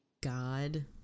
god